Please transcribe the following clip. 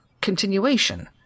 continuation